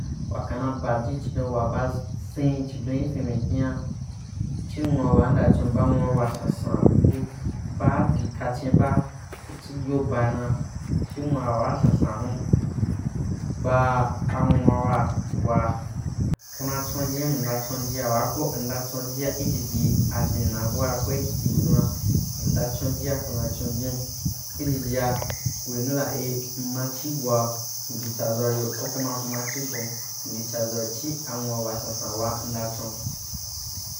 Wa ka na ba jii chidon wa ɓa sin chidon i fin mikhian chi nwu a wuwan nda chun ba nwaa wa sasan ku chi ba adi kagbim ba kuchi yobba na chi nwuawaa saasan hun ba anwaawa wa kuna chunjin mda chungian baa ko mnda chonjia jiji dinna bua ko i chin budʒun ba mda chonjia ku ra chunjimo ijijia ku yīnu dan eh mma chigom mdi tsaʒauyo chi anwu awa sansa wa mda chun